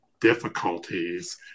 difficulties